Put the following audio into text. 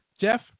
Jeff